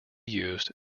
used